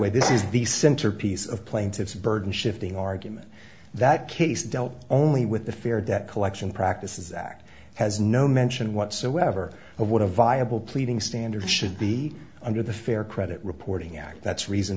way this is the centerpiece of plaintiff's burden shifting argument that case dealt only with the fair debt collection practices act has no mention whatsoever of what a viable pleading standard should be under the fair credit reporting act that's reason